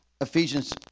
Ephesians